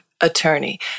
attorney